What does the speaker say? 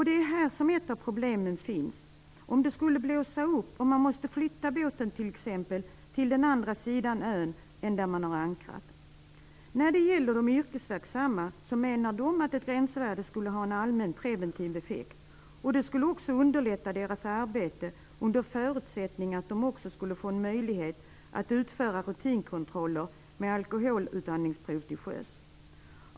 Det är här som ett av problemen finns, om det exempelvis skulle blåsa upp och man var tvungen att flytta båten till andra sidan ön än där man ankrat. De yrkesverksamma menar att ett gränsvärde skulle ha en allmän preventiv effekt. Det skulle också underlätta deras arbete under förutsättning att de också skulle få en möjlighet att utföra rutinkontroller med alkoholutandningsprov till sjöss.